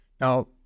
Now